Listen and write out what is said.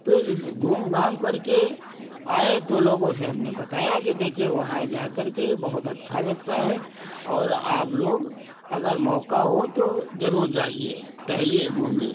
फिर घूम घाम करके आए तो लोगों से हमने बताया कि देखिए वहाँ जा करके बहुत अच्छा लगता है और आप लोग अगर मौका हो तो ज़रूर जाइये टहलिये घूमिये